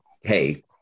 hey